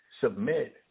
submit